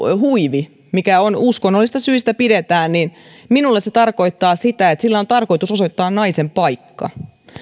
huivi mitä uskonnollisista syistä pidetään tarkoittaa sitä että sillä on tarkoitus osoittaa naisen paikka